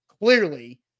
clearly